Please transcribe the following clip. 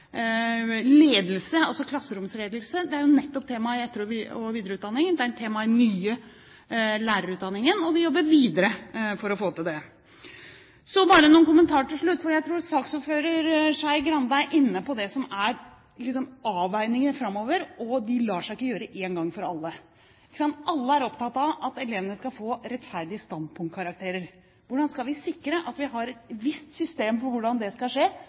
klasseromsledelse. Det er jo nettopp tema i etter- og videreutdanningen, det er tema i den nye lærerutdanningen, og vi jobber videre for å få til det. Så bare noen kommentarer til slutt. Jeg tror saksordføreren, Skei Grande, er inne på det som er avveiningene framover, og de avveiningene kan man ikke gjøre én gang for alle. Alle er opptatt av at elevene skal få rettferdige standpunktkarakterer. Hvordan skal vi sikre at vi har et visst system for hvordan det skal skje,